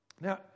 Now